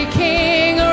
king